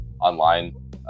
online